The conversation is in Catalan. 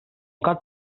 cop